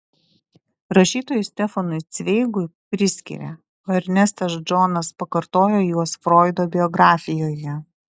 rašytojui stefanui cveigui priskiria o ernestas džonas pakartojo juos froido biografijoje